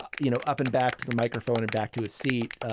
ah you know, up and back to the microphone and back to a seat.